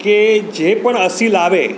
કે જે પણ અસીલ આવે